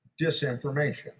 disinformation